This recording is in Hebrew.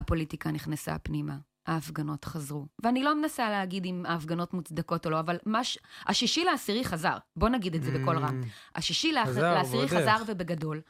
הפוליטיקה נכנסה פנימה, ההפגנות חזרו. ואני לא מנסה להגיד אם ההפגנות מוצדקות או לא, אבל מה ש... השישי לעשירי חזר, בוא נגיד את זה בקול רם. -חזר ועוד איך -השישי לעשירי חזר ובגדול.